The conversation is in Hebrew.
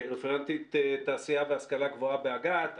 רפרנטית תעשייה והשכלה גבוהה באג"ת.